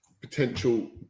potential